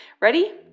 Ready